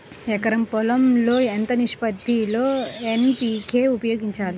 ఎకరం పొలం లో ఎంత నిష్పత్తి లో ఎన్.పీ.కే ఉపయోగించాలి?